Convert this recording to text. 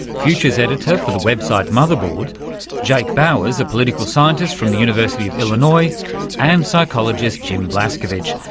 futures editor for the website motherboard jake bowers, a political scientist from the university of illinois and psychologist jim blascovich,